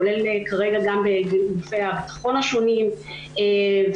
כולל גם בגופי הביטחון השונים והמדינה.